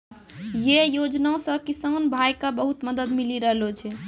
यै योजना सॅ किसान भाय क बहुत मदद मिली रहलो छै